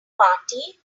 party